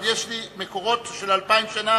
אבל יש לי מקורות של 2,000 שנה